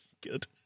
Good